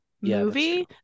movie